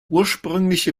ursprüngliche